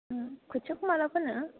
खोथियाखौ माब्ला फोनो